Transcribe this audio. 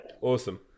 Awesome